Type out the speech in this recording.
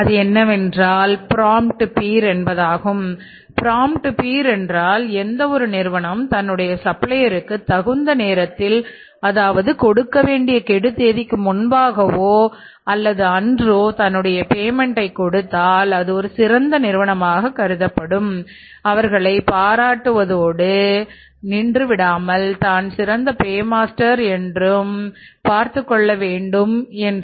அது என்னவென்றால் பிராம்ப்ட் பீர் ஆக இருக்குமாறும் பார்த்துக்கொள்கிறார்கள்